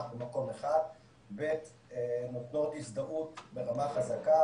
במקום אחד וכן נותנת הזדהות ברמה חזקה,